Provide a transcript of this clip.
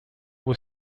was